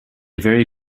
very